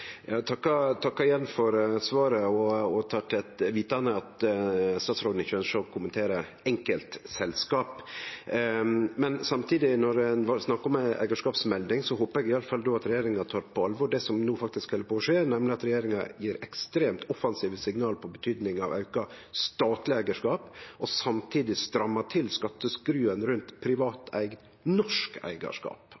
Eg takkar igjen for svaret og tek til vitende at statsråden ikkje ønskjer å kommentere enkeltselskap. Men når ein samtidig snakkar om ei eigarskapsmelding, håpar eg iallfall at regjeringa tek på alvor det som no held på å skje, nemleg at regjeringa gjev ekstremt offensive signal om betydinga av auka statleg eigarskap og samtidig strammar til skatteskruen rundt